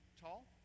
tall